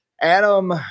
Adam